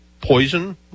poison